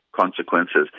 consequences